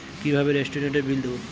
কিভাবে রেস্টুরেন্টের বিল দেবো?